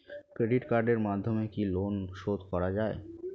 Credit কার্ডের মাধ্যমে কি লোন শোধ করা যায়?